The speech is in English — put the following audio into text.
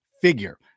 figure